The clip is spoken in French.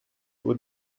haut